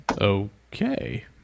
Okay